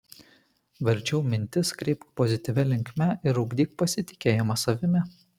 verčiau mintis kreipk pozityvia linkme ir ugdyk pasitikėjimą savimi